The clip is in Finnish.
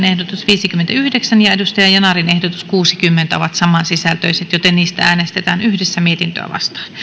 ehdotus kaksi ja ozan yanarin ehdotus kolme ovat saman sisältöisiä joten niistä äänestetään yhdessä mietintöä